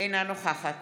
אינה נוכחת